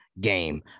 game